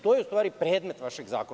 To je, u stvari, predmet vašeg zakona.